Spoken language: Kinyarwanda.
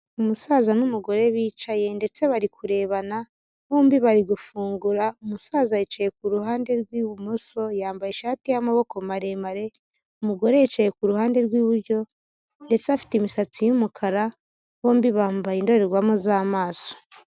Umusaza n'umugore bicaye ndetse bari kurebana, bombi bari gufungura, umusaza yicaye ku ruhande rw'ibumoso, yambaye ishati y'amaboko maremare, umugore yicaye ku ruhande rw'iburyo ndetse afite imisatsi y'umukara, bombi bambaye indorerwamo z'amaso.